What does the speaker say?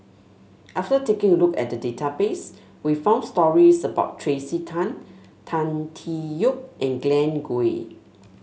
after taking a look at the database we found stories about Tracey Tan Tan Tee Yoke and Glen Goei